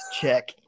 Check